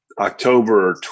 October